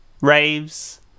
raves